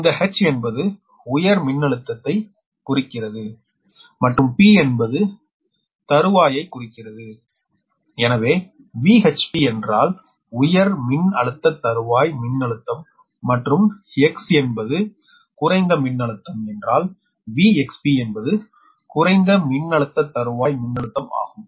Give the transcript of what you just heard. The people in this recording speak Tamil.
இந்த H என்பது உயர் மின்னழுத்தை குறிக்கிறது மற்றும் P என்பது தருவாய்யை குறிக்கிறது எனவே VHP என்றால் உயர் அழுத்த தருவாய் மின்னழுத்தம் மற்றும் X என்பது குறைந்த மின்னழுத்தம் என்றால் VXP என்பது குறைந்த மின்னழுத்த தருவாய் மின்னழுத்தம் ஆகும்